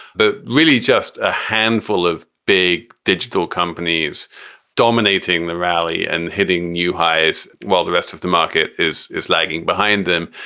but really just a handful of big digital companies dominating the rally and hitting new highs while the rest of the market is is lagging behind them.